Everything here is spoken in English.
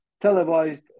televised